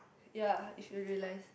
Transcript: ya if you realize